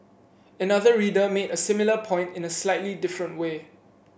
another reader made a similar point in a slightly different way